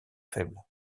faibles